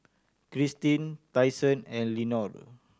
Kristine Tyson and Lenore